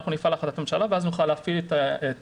אנחנו נפעל להחלטת ממשלה ואז נוכל להפעיל את ההסכם.